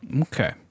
Okay